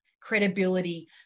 credibility